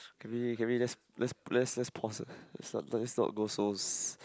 can we can we just let's let's let's pause it let it not go so